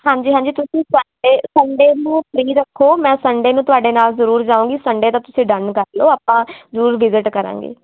ਹਾਂਜੀ ਹਾਂਜੀ ਤੁਸੀਂ ਸੰਡੇ ਸੰਡੇ ਨੂੰ ਫਰੀ ਰੱਖੋ ਮੈਂ ਸੰਡੇ ਨੂੰ ਤੁਹਾਡੇ ਨਾਲ ਜ਼ਰੂਰ ਜਾਊਗੀ ਸੰਡੇ ਦਾ ਤੁਸੀਂ ਡਨ ਕਰ ਲਓ ਆਪਾਂ ਜ਼ਰੂਰ ਵਿਜਿਟ ਕਰਾਂਗੇ